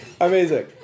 Amazing